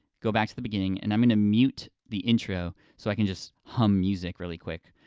go back to the beginning, and i'm gonna mute the intro, so i can just hum music really quick.